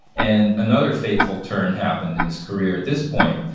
and another fateful turn happened in his career at this point.